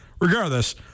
Regardless